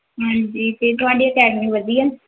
ਹਾਂਜੀ ਅਤੇ ਤੁਹਾਡੀ ਅਕੈਡਮੀ ਵਧੀਆ